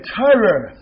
terror